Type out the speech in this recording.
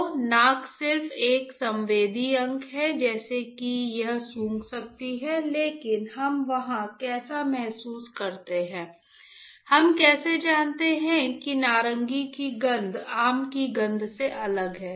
तो नाक सिर्फ एक संवेदी अंग है जैसे कि यह सूंघ सकती है लेकिन हम वहां कैसा महसूस करते हैं हम कैसे जानते हैं कि नारंगी की गंध आम की गंध से अलग है